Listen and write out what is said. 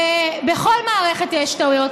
בכל מערכת יש טעויות.